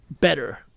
better